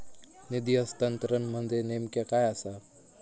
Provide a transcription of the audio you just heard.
निधी हस्तांतरण म्हणजे नेमक्या काय आसा?